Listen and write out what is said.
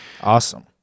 Awesome